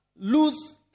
lose